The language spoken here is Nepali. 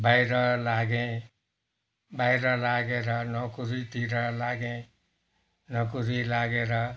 बाहिर लागेँ बाहिर लागेर नोकरीतिर लागेँ नोकरी लागेर